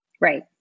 Right